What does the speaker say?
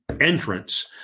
entrance